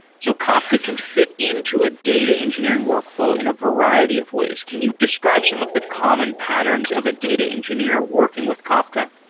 so kafka can fit into a data engineering workflow in a variety of ways. can you describe some of the common patterns of a data engineer working with kafka,